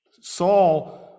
Saul